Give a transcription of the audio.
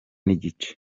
n’igice